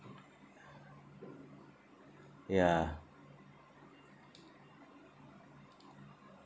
ya